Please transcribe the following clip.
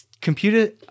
computer